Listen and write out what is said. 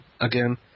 again